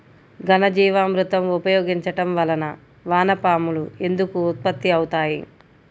ఘనజీవామృతం ఉపయోగించటం వలన వాన పాములు ఎందుకు ఉత్పత్తి అవుతాయి?